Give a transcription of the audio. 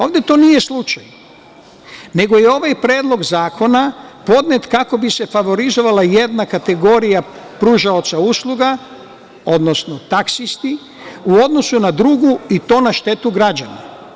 Ovde to nije slučaj, nego je ovaj Predlog zakona podnet kako bi se favorizovala jedna kategorija pružaoca usluga, odnosno taksisti u odnosu na drugu i to na štetu građana.